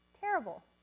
Terrible